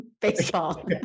baseball